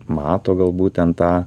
mato galbūt ten tą